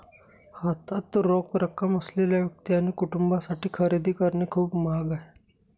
हातात रोख रक्कम असलेल्या व्यक्ती आणि कुटुंबांसाठी खरेदी करणे खूप महाग आहे